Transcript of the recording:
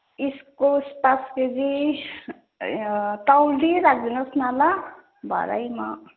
इस्कुस पाँच केजी उयो तौली दिइराख्नुहोस् न ल भरे म